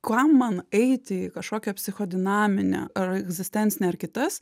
kam man eiti į kažkokią psichodinaminę ar egzistencinę ar kitas